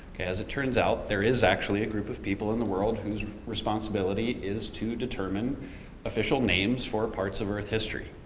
as it turns out, there is actually a group of people in the world whose responsibility is to determine official names for parts of earth history.